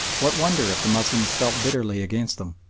what wonder if the moslems felt bitterly against them,